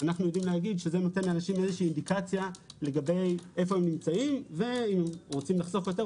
זה נותן לאנשים אינדיקציה לגבי איפה הם נמצאים ואם רוצים לחסוך יותר,